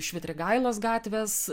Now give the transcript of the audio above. švitrigailos gatvės